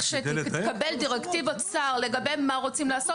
לכשתתקבל דירקטיבת שר לגבי מה רוצים לעשות,